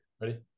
ready